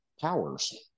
powers